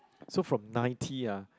so from ninety ah